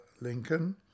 Lincoln